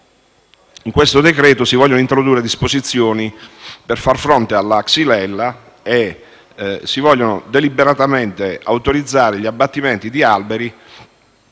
In questo decreto-legge si vogliono introdurre disposizioni per far fronte alla xylella e si vogliono deliberatamente autorizzare gli abbattimenti di alberi